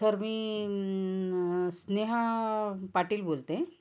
sir मी स्नेहा पाटील बोलते आहे